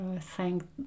thank